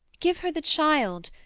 give her the child!